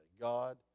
God